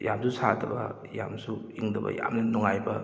ꯌꯥꯝꯁꯨ ꯁꯥꯗꯕ ꯌꯥꯝꯅꯁꯨ ꯏꯪꯗꯕ ꯌꯥꯝꯅ ꯅꯨꯡꯉꯥꯏꯕ